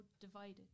divided